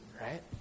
Right